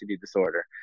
disorder